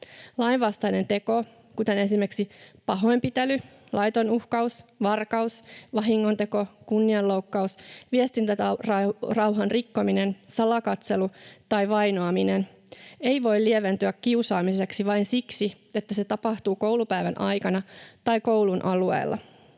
Lainvastainen teko, kuten esimerkiksi pahoinpitely, laiton uhkaus, varkaus, vahingonteko, kunnianloukkaus, viestintärauhan rikkominen, salakatselu tai vainoaminen, ei voi lieventyä kiusaamiseksi vain siksi, että se tapahtuu koulupäivän aikana tai koulun alueella.